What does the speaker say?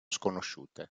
sconosciute